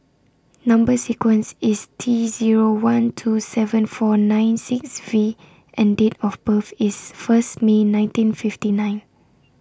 Number sequence IS T Zero one two seven four nine six V and Date of birth IS First May nineteen fifty nine